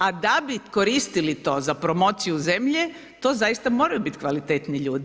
A da bi koristili to za promociju zemlje, to zaista moraju biti kvalitetni ljudi.